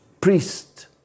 priest